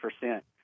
percent